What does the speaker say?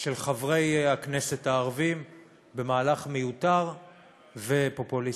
של חברי הכנסת הערבים במהלך מיותר ופופוליסטי.